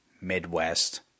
Midwest